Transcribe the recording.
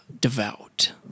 devout